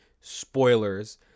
spoilers